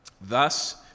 Thus